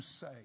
say